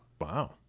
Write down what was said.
Wow